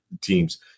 teams